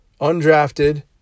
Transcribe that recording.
undrafted